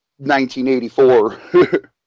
1984